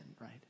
right